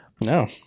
No